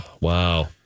Wow